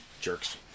Jerks